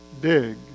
dig